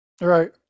Right